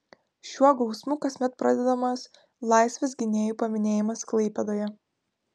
šiuo gausmu kasmet pradedamas laisvės gynėjų paminėjimas klaipėdoje